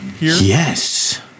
Yes